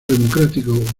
democrático